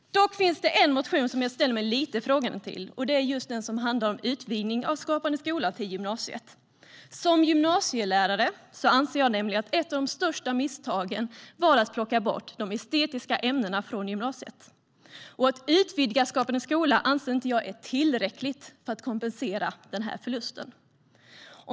Dock finns det en motion som jag ställer mig lite frågande till, och det är den som handlar om utvidgning av Skapande skola till gymnasiet. Som gymnasielärare anser jag att ett av de största misstagen var att plocka bort de estetiska ämnena från gymnasiet. Att utvidga Skapande skola anser jag inte är tillräckligt för att kompensera den förlusten.